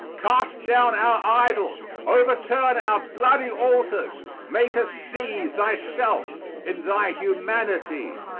cast down our idols overturn our bloody altars make us see thyself in thy humanity!